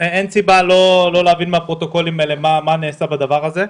אין סיבה לא להבין מהפרוטוקולים האלה מה נעשה בדבר הזה.